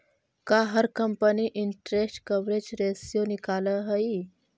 का हर company interest coverage ratio निकालअ हई